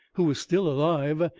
who is still alive,